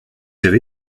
avez